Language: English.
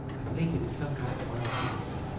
i think it is some kind of wild beast.